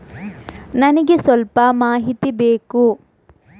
ನನಿಗೆ ಸ್ವಲ್ಪ ಮಾಹಿತಿ ಬೇಕು